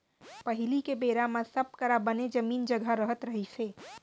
पहिली के बेरा म सब करा बने जमीन जघा रहत रहिस हे